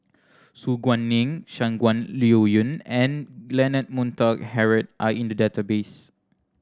Su Guaning Shangguan Liuyun and Leonard Montague Harrod are in the database